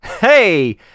hey